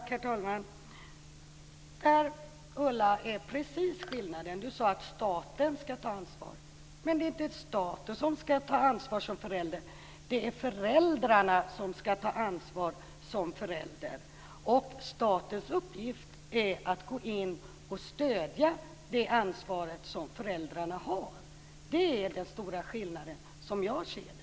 Herr talman! Precis där ligger skillnaden, Ulla. Du sade att staten skall ta ansvar. Men det är inte staten som skall ta ansvar som förälder. Det är föräldrarna som skall ta ansvar som föräldrar. Statens uppgift är att gå in och stödja föräldrarna i det ansvar som de har. Det är den stora skillnaden, som jag ser det.